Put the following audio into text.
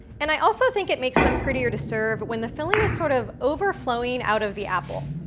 and i also think it makes them prettier to serve when the filling is sort of overflowing out of the apple.